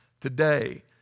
today